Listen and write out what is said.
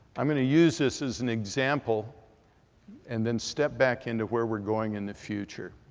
i'm going to use this as an example and then step back into where we're going in the future.